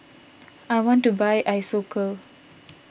I want to buy Isocal